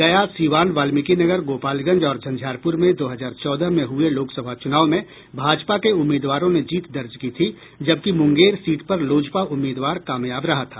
गया सीवान वाल्मीकिनगर गोपालगंज और झंझारपुर में दो हजार चौदह में हुये लोकसभा चुनाव में भाजपा के उम्मीदवारों ने जीत दर्ज की थी जबकि मुंगेर सीट पर लोजपा उम्मीदवार कामयाब रहा था